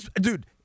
dude